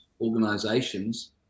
organisations